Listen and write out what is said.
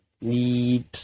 need